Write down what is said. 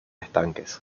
estanques